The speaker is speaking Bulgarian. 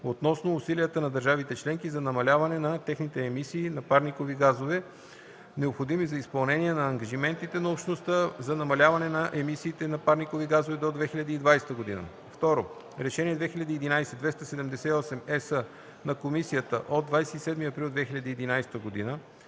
относно усилията на държавите членки за намаляване на техните емисии на парникови газове, необходими за изпълнение на ангажиментите на Общността за намаляване на емисиите на парникови газове до 2020 г.; 2. Решение 2011/278/ЕС на Комисията от 27 април 2011 г. за